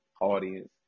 audience